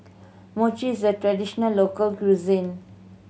mochi is a traditional local cuisine